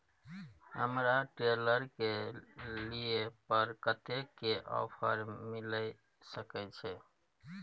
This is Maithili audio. हमरा ट्रेलर के लिए पर कतेक के ऑफर मिलय सके छै?